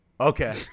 Okay